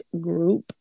group